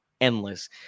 endless